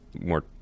more